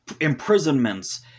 imprisonments